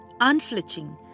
Unflinching